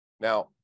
Now